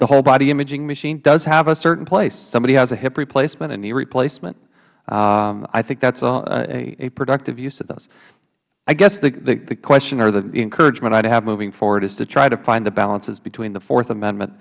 the whole body imaging machine does have a certain place somebody has a hip replacement a knee replacement i think that is a productive use of this i guess the question or the encouragement i would have moving forward is to try to find the balances between the fourth amendment